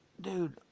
dude